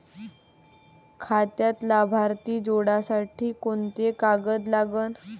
खात्यात लाभार्थी जोडासाठी कोंते कागद लागन?